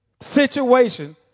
situation